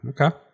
okay